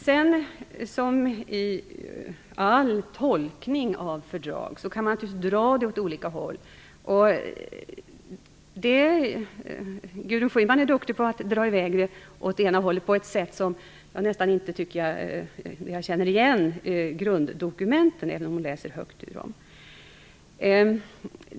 Som med all tolkning av fördrag kan man naturligtvis dra åt olika håll. Gudrun Schyman är duktig på att dra i väg åt ena hållet på ett sätt som gör att jag nästan inte känner igen grunddokumenten, även om hon läser högt ur dem.